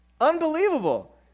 Unbelievable